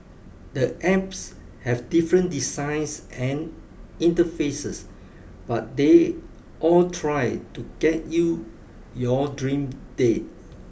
the apps have different designs and interfaces but they all try to get you your dream date